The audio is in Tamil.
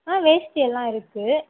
ஆ வேஷ்டியெல்லாம் இருக்கு